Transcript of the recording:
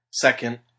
Second